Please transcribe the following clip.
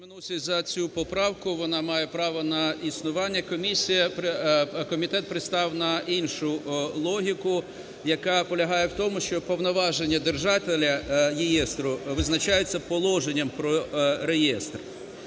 Вона має право на існування. Комітет пристав на іншу логіку, яка полягає в тому, що повноваження держателя реєстру визначається положенням про реєстр.